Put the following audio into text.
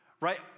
right